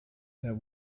that